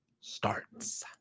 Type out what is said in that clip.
starts